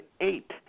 eight